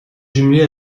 jumelée